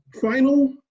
final